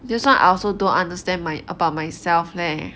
this [one] I also don't understand my about myself leh